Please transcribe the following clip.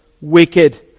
wicked